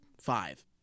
five